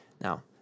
Now